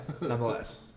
Nonetheless